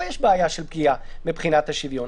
זה בעייתי במובן הזה שלכאורה אפשר לשלוח אותו למלונית.